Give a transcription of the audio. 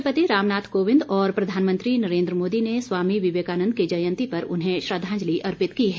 राष्ट्रपति रामनाथ कोविंद और प्रधानमंत्री नरेन्द्र मोदी ने स्वामी विवेकानन्द की जयंती पर उन्हें श्रद्वांजलि अर्पित की है